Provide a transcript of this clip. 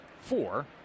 four